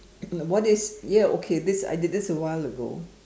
no what is ya okay this I did this awhile ago